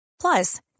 Plus